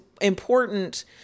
important